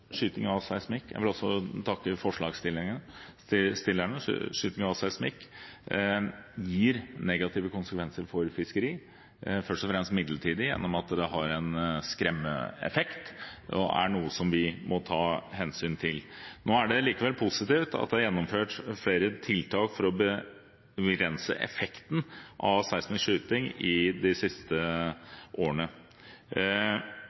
skyting av seismikk har negative konsekvenser for fiskeri, først og fremst midlertidig, gjennom at det har en skremmeeffekt og er noe som vi må ta hensyn til. Det er positivt at det er gjennomført flere tiltak for å begrense effekten av seismisk skyting i de siste